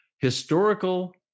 historical